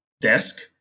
desk